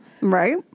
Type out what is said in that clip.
Right